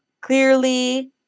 clearly